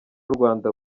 rwanda